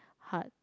hard